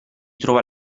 trova